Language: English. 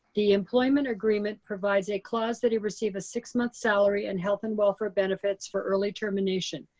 the employment agreement provides a clause that he receive a six month salary and health and welfare benefits for early termination.